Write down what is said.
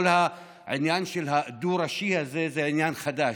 כל העניין הדו-ראשי הזה זה עניין חדש.